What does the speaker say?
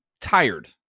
tired